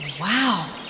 Wow